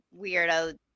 weirdo